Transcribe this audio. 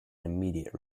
immediate